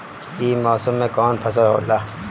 ई मौसम में कवन फसल होला?